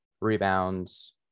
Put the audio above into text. rebounds